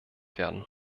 werden